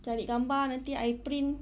cari gambar nanti I print